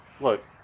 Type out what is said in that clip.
Look